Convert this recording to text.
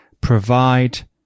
provide